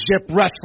Wrestling